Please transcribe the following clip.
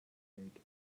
take